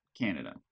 Canada